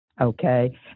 Okay